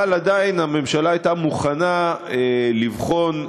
אבל עדיין הממשלה הייתה מוכנה לבחון לעומק,